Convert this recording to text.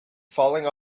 falling